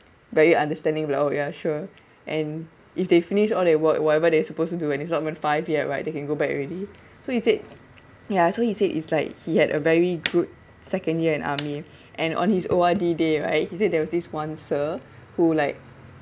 very understanding below ya sure and if they finish all their work whatever they're supposed to do and it's not even five yet right they can go back already so he said ya so he said it's like he had a very good second year in army and on his O_R_D day right he said there was this one sir who like